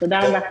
תודה רבה.